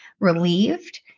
relieved